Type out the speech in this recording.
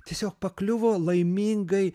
tiesiog pakliuvo laimingai